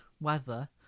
weather